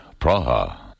Praha